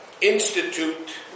institute